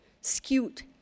skewed